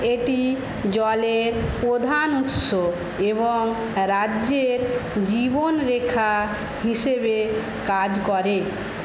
এটি জলের প্রধান উৎস এবং রাজ্যের জীবনরেখা হিসেবে কাজ করে